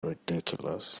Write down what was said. ridiculous